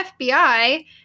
FBI